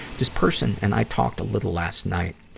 this person and i talked a little last night,